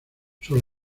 sus